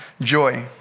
joy